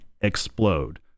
explode